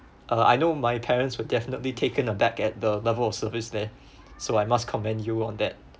uh I know my parents will definitely taken aback at the level of service there so I must commend you on that